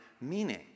meaning